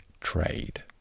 trade